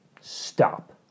stop